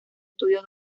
studio